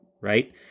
right